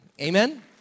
Amen